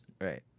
Right